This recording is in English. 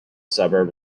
suburb